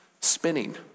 spinning